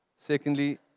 Secondly